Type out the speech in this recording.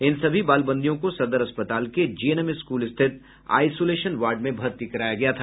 इन सभी बाल बंदियों को सदर अस्पताल के जीएनएम स्कूल स्थित आइसोलेशन वार्ड में भर्ती कराया गया था